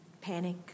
panic